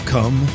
Come